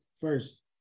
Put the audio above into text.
first